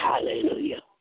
hallelujah